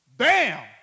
Bam